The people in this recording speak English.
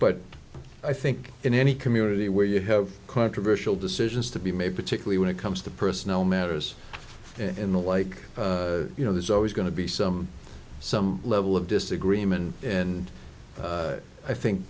but i think in any community where you have controversial decisions to be made particularly when it comes to personal matters and the like you know there's always going to be some some level of disagreement and i think